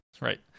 Right